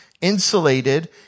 insulated